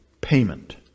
payment